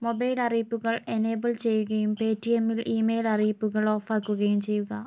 mobile അറിയിപ്പുകൾ enable ചെയ്യുകയും പേടിഎമ്മിൽ ഇ മെയിൽ അറിയിപ്പുകൾ ഓഫാക്കുകയും ചെയ്യുക